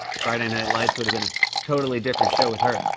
friday night lights would have been a totally different show with her.